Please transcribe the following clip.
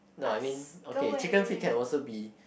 no I mean okay chicken feed can also be